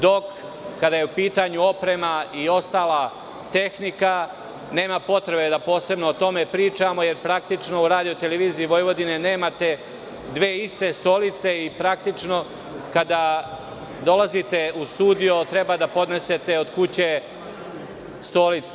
Dok, kada je u pitanju oprema i ostala tehnika, nema potrebe posebno o tome da pričamo, jer praktično u RTV nemate dve iste stolice i, praktično, kada dolazite u studijo, treba da ponesete od kuće stolicu.